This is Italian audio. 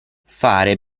fare